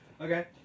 Okay